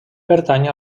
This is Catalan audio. pertany